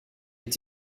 est